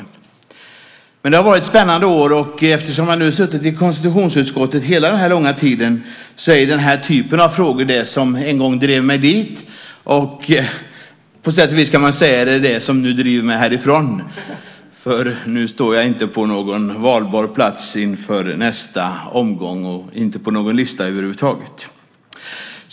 Det har varit spännande år. Jag har suttit i konstitutionsutskottet hela denna långa tid, och den här typen av frågor är det som en gång drev mig dit. På sätt och vis, kan man säga, är det också det som nu driver mig härifrån. Inför nästa mandatperiod står jag inte på någon valbar plats, inte på någon lista över huvud taget.